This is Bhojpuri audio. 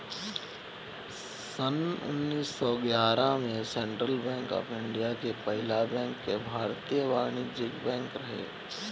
सन्न उन्नीस सौ ग्यारह में सेंट्रल बैंक ऑफ़ इंडिया के पहिला बैंक भारतीय वाणिज्यिक बैंक रहे